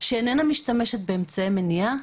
שאיננה משתמשת באמצעי מניעה,